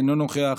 אינו נוכח,